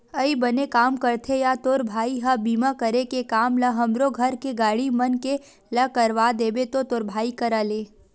अई बने काम करथे या तोर भाई ह बीमा करे के काम ल हमरो घर के गाड़ी मन के ला करवा देबे तो तोर भाई करा ले